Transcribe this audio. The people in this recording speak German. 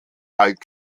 alt